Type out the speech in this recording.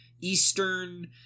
eastern